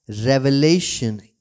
revelation